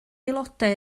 aelodau